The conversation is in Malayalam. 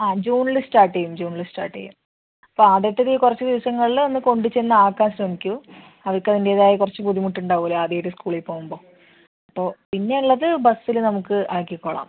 ആ ജൂണിൽ സ്റ്റാർട്ട് ചെയ്യും ജൂണിൽ സ്റ്റാർട്ട് ചെയ്യും അപ്പം ആദ്യത്തേത് ഈ കുറച്ച് ദിവസങ്ങളിൽ ഒന്ന് കൊണ്ട് ചെന്ന് ആക്കാൻ ശ്രമിക്കൂ അവർക്ക് അതിൻ്റെതായ കുറച്ച് ബുദ്ധിമുട്ട് ഉണ്ടാകുമല്ലോ ആദ്യമായിട്ട് സ്കൂളിൽ പോവുമ്പോൾ അപ്പോൾ പിന്നെയുള്ളത് ബസ്സിൽ നമുക്ക് ആക്കിക്കൊള്ളാം